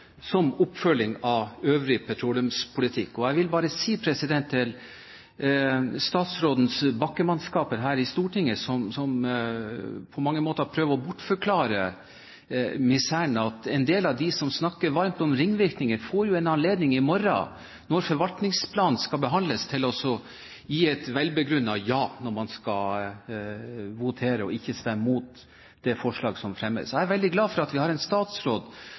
som oppfølging av øvrig petroleumspolitikk. Jeg vil bare si til statsrådens bakkemannskaper her i Stortinget, som på mange måter prøver å bortforklare miseren, at en del av de som snakker varmt om ringvirkninger, får en anledning i morgen når forvaltningsplanen skal behandles, til å gi et velbegrunnet ja når man skal votere, og ikke stemme mot det forslaget som fremmes. Jeg er veldig glad for at vi har en statsråd